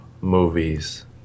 movies